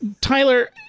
Tyler